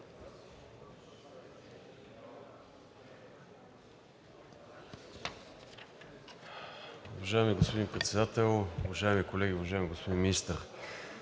Уважаеми господин Председател, уважаеми колеги, уважаеми господин Министър!